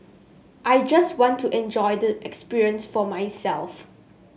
I just wanted to enjoy the experience for myself